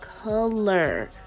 color